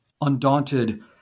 Undaunted